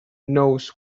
knows